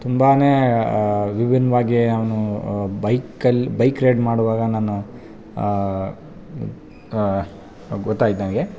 ತುಂಬಾ ವಿಭಿನ್ನವಾಗಿ ಅವನು ಬೈಕಲ್ಲಿ ಬೈಕ್ ರೈಡ್ ಮಾಡುವಾಗ ನಾನು ಗೊತಾಯ್ತು ನನಗೆ